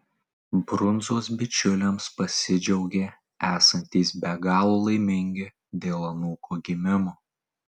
brundzos bičiuliams pasidžiaugė esantys be galo laimingi dėl anūko gimimo